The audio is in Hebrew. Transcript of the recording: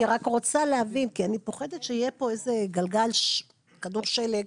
אני רק רוצה להבין כי אני פוחדת שיהיה פה איזה כדור שלג.